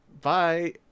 bye